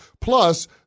Plus